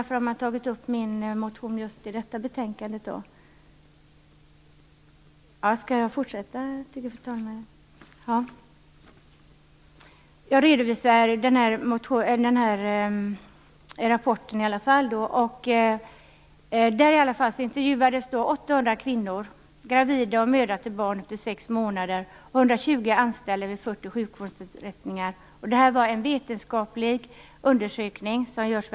Fru talman! Men varför har man då tagit upp min motion just i detta betänkande? anställda vid 40 sjukvårdsinrättningar. Det var en vetenskaplig undersökning.